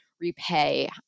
repay